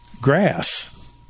grass